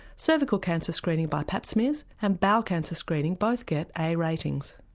cervical cancer screening by pap smears, and bowel cancer screening both get a ratings.